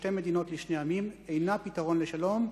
"שתי מדינות לשני עמים" אינה פתרון לשלום,